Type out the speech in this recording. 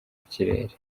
kirere